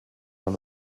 dans